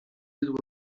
bydło